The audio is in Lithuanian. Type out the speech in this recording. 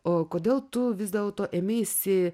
o kodėl tu vis dėlto ėmeisi